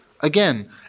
again